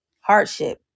hardship